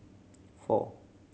four